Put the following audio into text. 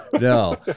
No